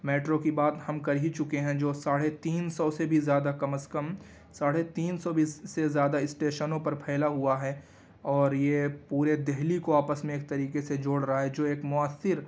metro کی بات ہم کر ہی چکے ہیں جو ساڑھے تین سو سے بھی زیادہ کم از کم ساڑھے تین سو بھی سے زیادہ اسٹیشنوں پر پھیلا ہوا ہے اور یہ پورے دہلی کو آپس میں ایک طریقے سے جوڑ رہا ہے جو ایک مؤثر